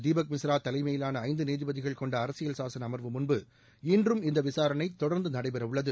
தீபக் மிஸ்ரா தலைமையிலான ஐந்து நீதிபதிகள் கொண்ட அரசியல் சாசன அமர்வு முன்பு இன்றும் இந்த விசாரணை தொடர்ந்து நடைபெறவுள்ளது